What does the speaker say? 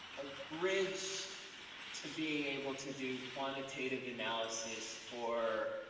a bridge to being able to do quantitative analysis for